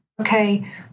okay